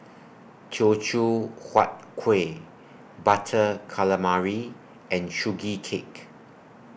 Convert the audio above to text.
Teochew Huat Kueh Butter Calamari and Sugee Cake